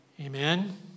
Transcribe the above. Amen